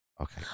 Okay